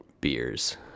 beers